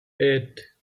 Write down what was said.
eight